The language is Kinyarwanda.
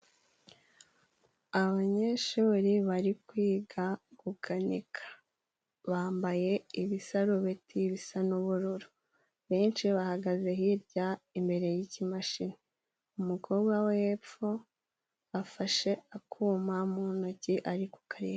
Abanyeshuri bari kwiga gukanika. Bambaye ibisarubeti bisa n'ubururu. Benshi bahagaze hirya imbere y'ikimashini. Umukobwa we hepfo afashe akuma mu ntoki ari ku kareba.